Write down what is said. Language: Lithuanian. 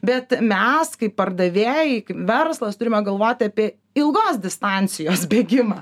bet mes kaip pardavėjai kaip verslas turime galvoti apie ilgos distancijos bėgimą